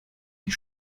die